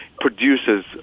produces